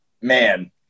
man